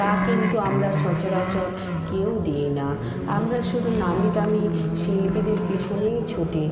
তা কিন্তু আমরা সচরাচর কেউ দিই না আমরা শুধু নামি দামি শিল্পীদের পিছনেই ছুটি